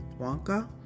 Wonka